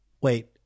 Wait